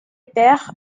père